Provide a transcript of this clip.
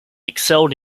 excelled